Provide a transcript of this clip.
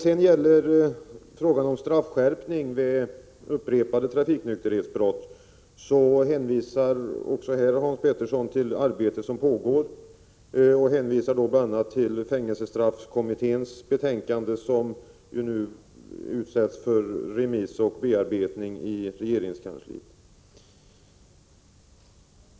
Också vad gäller frågan om straffskärpning vid upprepade trafiknykterhetsbrott hänvisar herr Hans Pettersson till pågående arbete, bl.a. till fängelsestraffkommitténs betänkande, som har utsänts på remiss och som är föremål för bearbetning inom regeringskansliet.